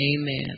Amen